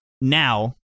now